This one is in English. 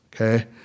okay